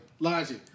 Logic